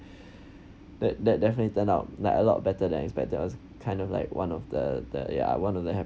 that that definitely turn out like a lot better than expected it was kind of like one of the the ya one of hap~